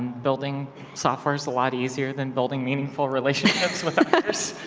building software is a lot easier than building meaningful relationships with on